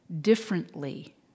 differently